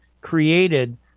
created